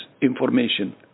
information